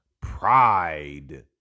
pride